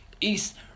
East